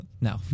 No